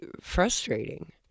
frustrating